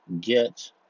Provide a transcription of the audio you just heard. get